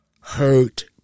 hurt